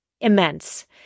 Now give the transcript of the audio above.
immense